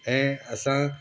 ऐं असां